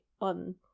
on